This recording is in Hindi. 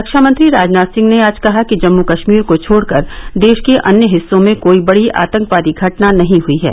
रक्षामंत्री राजनाथ सिंह ने आज कहा कि जम्मू कश्मीर को छोड़कर देश के अन्य हिस्सों में कोई बड़ी आतंकवादी घटना नहीं हई है